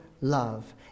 love